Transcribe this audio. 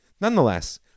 Nonetheless